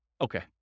okay